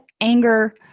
anger